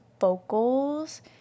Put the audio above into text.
vocals